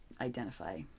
identify